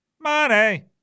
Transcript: Money